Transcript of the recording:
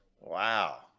wow